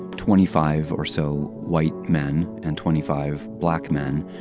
twenty five or so white men and twenty five black men.